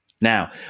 Now